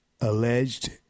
alleged